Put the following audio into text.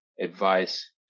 advice